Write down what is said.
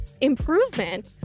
improvement